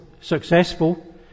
successful